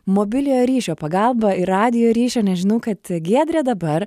mobiliojo ryšio pagalba ir radijo ryšio nes žinau kad giedrė dabar